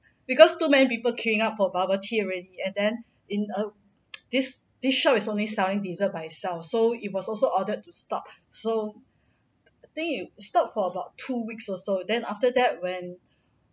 because too many people queuing up for bubble tea already and then in this this shop is only sounding dessert by itself so it was also ordered to stop so I think it stopped for about two weeks or so then after that when